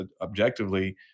objectively